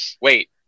wait